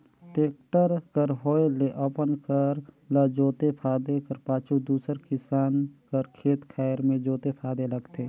tractor कर होए ले अपन कर ल जोते फादे कर पाछू दूसर किसान कर खेत खाएर मे जोते फादे लगथे